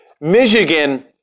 Michigan